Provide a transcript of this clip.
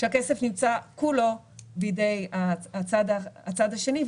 שהכסף נמצא כולו בידי הצד השני,